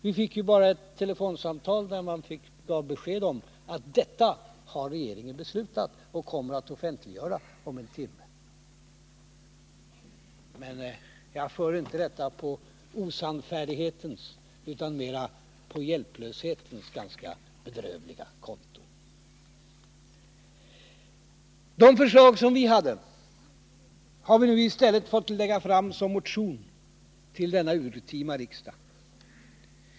Vi fick bara ett telefonsamtal där man gav besked om att detta har regeringen beslutat och kommer att offentliggöra om en timme. Men jag för inte detta på osannfärdighetens utan mera på hjälplöshetens ganska bedrövliga konto. De förslag vi hade har vi nu i stället fått lägga fram som motion till denna urtima riksdag.